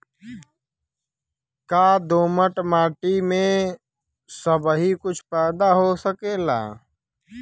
का दोमट माटी में सबही कुछ पैदा हो सकेला?